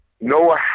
Noah